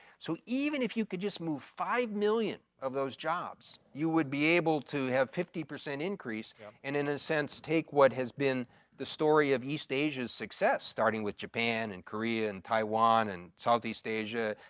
so even if you can just move five million of those jobs, you would be able to have fifty percent increase and in a sense take what has been the story of east asia's success, starting with japan and korea and taiwan and southeast asia,